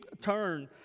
turn